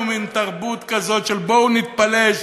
אצלנו, מין תרבות כזאת של בואו נתפלש